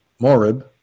Morib